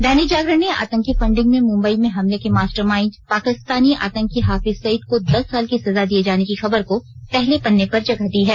दैनिक जागरण ने आतंकी फंडिंग में मुंबई में हमले के मास्टर माइंड पाकिस्तानी आतंकी हाफिज सईद को दस साल की सजा दिये जाने की खबर को पहले पन्ने पर जगह दी है